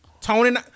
Tony